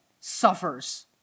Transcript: suffers